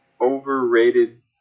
overrated